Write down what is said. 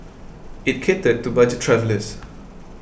it catered to budget travellers